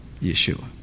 Yeshua